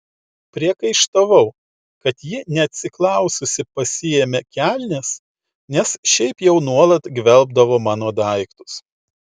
priekaištavau kad ji neatsiklaususi pasiėmė kelnes nes šiaip jau nuolat gvelbdavo mano daiktus